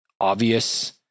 obvious